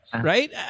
right